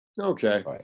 Okay